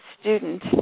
student